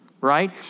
right